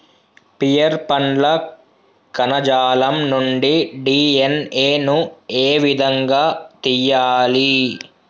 Pear పండ్ల కణజాలం నుండి డి.ఎన్.ఎ ను ఏ విధంగా తియ్యాలి?